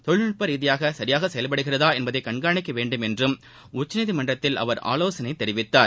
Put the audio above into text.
தொழில்நுட்ப ரீதியாக சரியாக செயல்படுகிறதா என்பதை கண்காணிக்க வேண்டும் என்றும் உச்சநீதிமன்றத்தில் அவர் ஆவோசனை தெரிவித்தார்